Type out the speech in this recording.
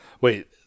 wait